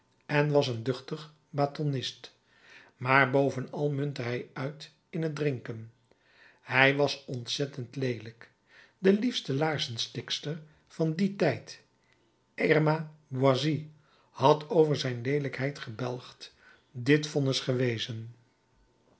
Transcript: en was een duchtig batonnist maar bovenal muntte hij uit in het drinken hij was ontzettend leelijk de liefste laarzenstikster van dien tijd irma boissy had over zijn leelijkheid gebelgd dit vonnis gewezen